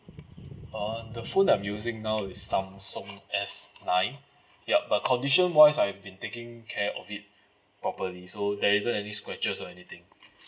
uh the phone I'm using now is samsung S nine yup but condition wise I've been taking care of it properly so there isn't any scratches or anything